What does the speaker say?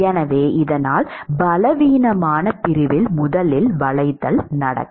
எனவே இதனால் பலவீனமான பிரிவில் முதலில் வளைத்தல் நடக்கும்